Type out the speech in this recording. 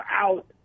out